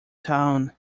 town